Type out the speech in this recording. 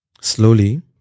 Slowly